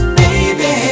baby